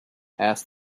asked